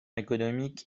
économique